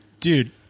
Dude